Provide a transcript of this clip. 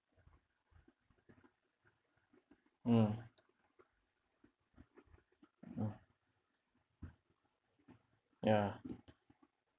mm mm ya